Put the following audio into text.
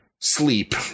sleep